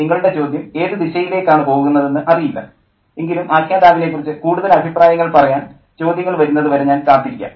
നിങ്ങളുടെ ചോദ്യം ഏതു ദിശയിലേക്കാണ് പോകുന്നതെന്ന് അറിയില്ല എങ്കിലും ആഖ്യാതാവിനെക്കുറിച്ച് കൂടുതൽ അഭിപ്രായങ്ങൾ പറയാൻ ചോദ്യങ്ങൾ വരുന്നതുവരെ ഞാൻ കാത്തിരിക്കാം